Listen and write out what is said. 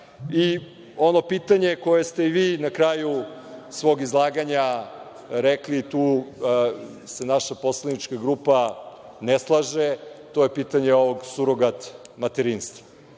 pitanje koje ste i vi na kraju svog izlaganja rekli, tu se naša poslanička grupa ne slaže, to je pitanje surogat materinstva.